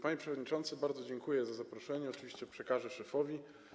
Panie przewodniczący, bardzo dziękuję za zaproszenie, oczywiście przekażę szefowi.